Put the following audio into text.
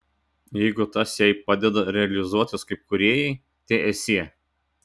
jeigu tas jai padeda realizuotis kaip kūrėjai teesie